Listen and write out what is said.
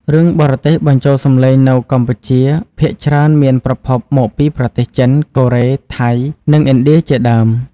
រឿងបរទេសបញ្ចូលសម្លេងនៅកម្ពុជាភាគច្រើនមានប្រភពមកពីប្រទេសចិន កូរ៉េ ថៃ និងឥណ្ឌាជាដើម។